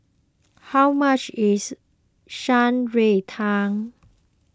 how much is Shan Rui Tang